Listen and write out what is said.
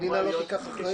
כדי שהמדינה לא תיקח אחריות.